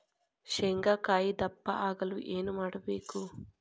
ಶೇಂಗಾಕಾಯಿ ದಪ್ಪ ಆಗಲು ಏನು ಮಾಡಬೇಕು?